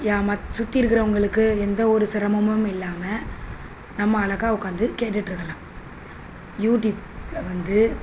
ஏன் ம சுற்றி இருக்கிறவங்களுக்கு எந்த ஒரு சிரமமும் இல்லாமல் நம்ம அழகா உட்காந்து கேட்டுட்டுருக்கலாம் யூடியூபில் வந்து